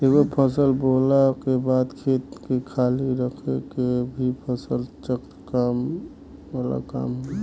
एगो फसल बोअला के बाद खेत के खाली रख के भी फसल चक्र वाला काम होला